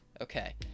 Okay